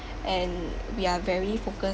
and we are very focused